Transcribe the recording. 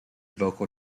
vocal